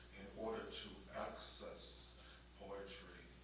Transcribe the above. order to access poetry